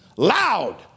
Loud